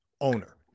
owner